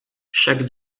chaque